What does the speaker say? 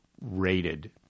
rated